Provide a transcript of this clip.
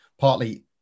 Partly